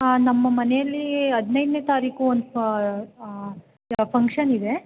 ಹಾಂ ನಮ್ಮ ಮನೆಯಲ್ಲಿ ಹದಿನೈದನೇ ತಾರೀಕು ಒಂದು ಫಂಕ್ಷನ್ನಿದೆ